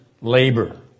labor